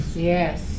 Yes